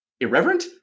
irreverent